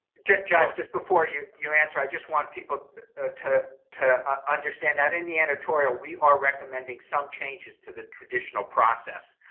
josh just before you you answer i just want people to to understand that in the editorial we are recommending some changes to the traditional process.